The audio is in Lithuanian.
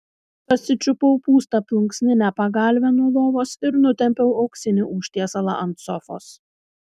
pasičiupau pūstą plunksninę pagalvę nuo lovos ir nutempiau auksinį užtiesalą ant sofos